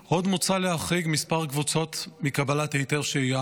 עוד מוצע להחריג כמה קבוצות מקבלת היתר שהייה,